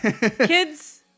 Kids